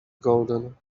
golden